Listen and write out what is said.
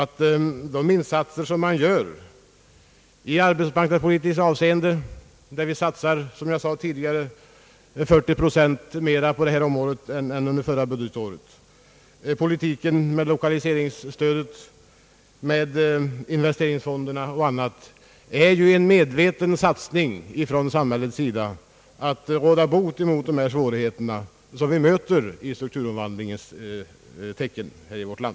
Genom de insatser som görs i arbetsmarknadspolitiskt avseende — ett område där vi, som jag sade tidigare, i år satsar 40 procent mera än under förra budgetåret — genom politiken med lokaliseringsstödet, genom investeringsfonderna och på annat sätt sker en medveten satsning från samhällets sida för att råda bot mot de svårigheter som vi möter i samband med strukturomvandlingen i vårt land.